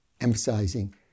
emphasizing